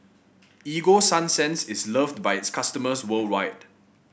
Ego Sunsense is loved by its customers worldwide